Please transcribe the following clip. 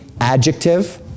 adjective